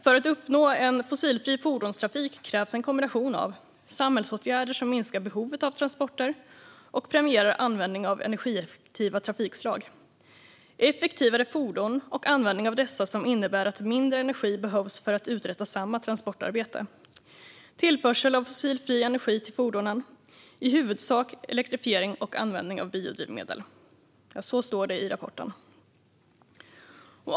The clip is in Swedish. "För att uppnå en fossilfri fordonstrafik krävs en kombination av: Samhällsåtgärder som minskar behovet av transporter och premierar användning av energieffektiva trafikslag. Effektivare fordon och användning av dessa som innebär att mindre energi behövs för att uträtta samma transportarbete. Tillförsel av fossilfri energi till fordonen - i huvudsak elektrifiering och användning av biodrivmedel." Så står det i rapporten.